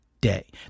day